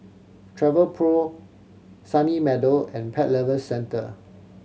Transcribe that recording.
Travelpro Sunny Meadow and Pet Lovers Centre